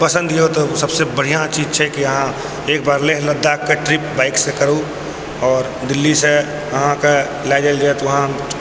पसन्द यऽ तऽ सबसँ बढ़िआँ चीज छै कि अहाँ एक बार लेह लद्धाखके ट्रिप बाइकसँ करु आओर दिल्लीसँ अहाँके लअ जायल जायत वहाँ